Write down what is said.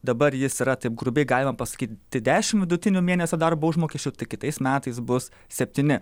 dabar jis yra taip grubiai galima pasakyt ti dešim vidutinių mėnesio darbo užmokesčių tai kitais metais bus septyni